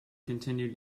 continue